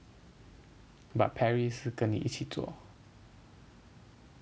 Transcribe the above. but Perry 是跟你一起做